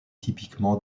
typiquement